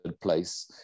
place